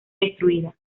destruida